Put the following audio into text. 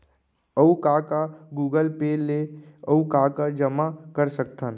अऊ का का गूगल पे ले अऊ का का जामा कर सकथन?